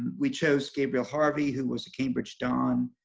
we chose gabriel harvey who was a cambridge don,